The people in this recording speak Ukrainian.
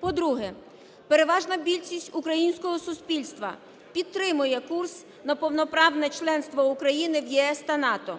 По-друге, переважна більшість українського суспільства підтримує курс на повноправне членство України в ЄС та НАТО,